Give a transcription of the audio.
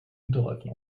winterreifen